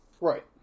right